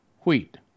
Wheat